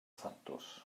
thatws